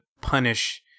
punish